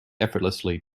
effortlessly